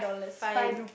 five